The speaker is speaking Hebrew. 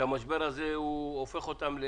שהמשבר הזה הופך אותם,